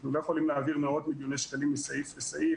אנחנו לא יכולים להעביר מאות מיליוני שקלים מסעיף לסעיף.